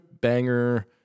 banger